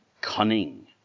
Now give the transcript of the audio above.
cunning